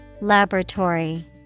Laboratory